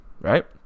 Right